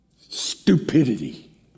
stupidity